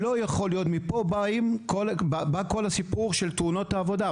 לא יכול להיות מפה בא כול הסיפור של תאונות העבודה.